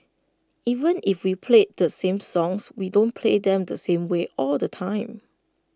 even if we play the same songs we don't play them the same way all the time